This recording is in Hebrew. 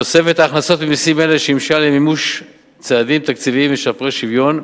תוספת ההכנסות ממסים אלה שימשה למימוש צעדים תקציביים משפרי שוויון,